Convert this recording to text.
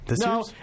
No